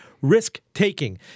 risk-taking